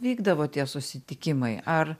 vykdavo tie susitikimai ar